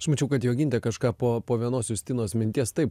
aš mačiau kad jogintė kažką po po vienos justinos minties taip